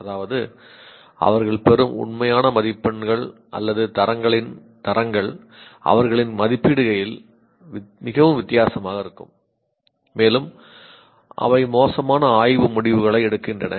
அதாவது அவர்கள் பெறும் உண்மையான மதிப்பெண்கள் அல்லது தரங்கள் அவர்களின் மதிப்பீடுகையில் மிகவும் வித்தியாசமாக இருக்கும் மேலும் அவை மோசமான ஆய்வு முடிவுகளை எடுக்கின்றன